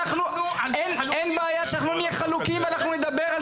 אין בעיה שנהיה חלוקים ושנדבר על